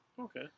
Okay